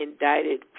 indicted